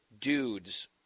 dudes